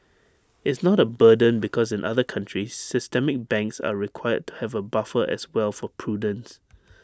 it's not A burden because in other countries systemic banks are required to have A buffer as well for prudence